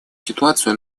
ситуацию